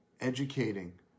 educating